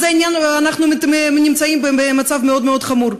אז אנחנו נמצאים במצב מאוד מאוד חמור.